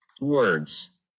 words